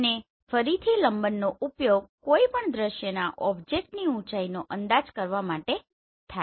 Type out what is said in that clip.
અને ફરીથી લંબનનો ઉપયોગ કોઈ પણ દ્રશ્યના ઓબ્જેક્ટની ઉચાઇનો અંદાજ કરવા માટે થાય છે